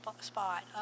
spot